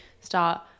start